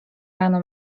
rano